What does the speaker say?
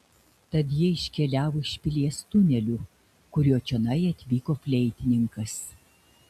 tad jie iškeliavo iš pilies tuneliu kuriuo čionai atvyko fleitininkas